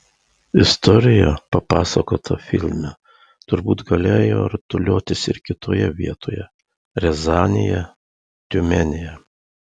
istorija papasakota filme turbūt galėjo rutuliotis ir kitoje vietoje riazanėje tiumenėje